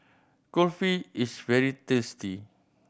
kulfi is very tasty